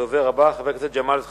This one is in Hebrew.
הדובר הבא, חבר הכנסת ג'מאל זחאלקה.